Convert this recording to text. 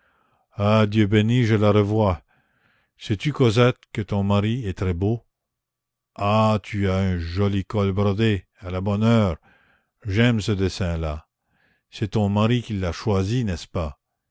ah dieu béni je la revois sais-tu cosette que ton mari est très beau ah tu as un joli col brodé à la bonne heure j'aime ce dessin là c'est ton mari qui l'a choisi n'est-ce pas